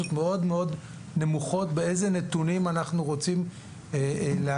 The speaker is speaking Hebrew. מאוד נמוכות באיזה נתונים אנחנו רוצים להגיש.